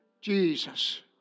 Jesus